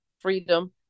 freedom